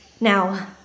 Now